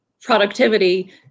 productivity